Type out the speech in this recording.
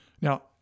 now